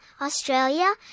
Australia